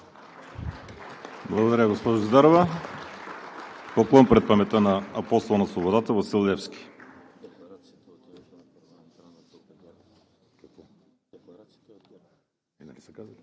Благодаря, госпожо Зидарова. Поклон пред паметта на Апостола на свободата – Васил Левски!